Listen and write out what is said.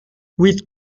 vuit